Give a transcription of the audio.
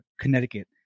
connecticut